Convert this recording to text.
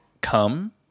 come